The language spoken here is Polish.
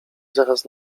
zaraz